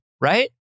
Right